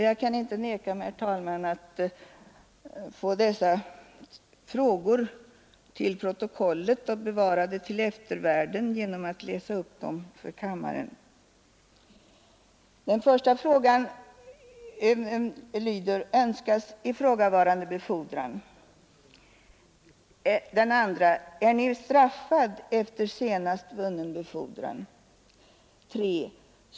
Jag vill, herr talman, få dessa frågor bevarade till eftervärlden i protokollet genom att läsa upp dem för kammarens ledamöter. De har följande lydelse: 2. Är Ni straffad efter senast vunnen befordran? 3.